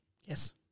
Yes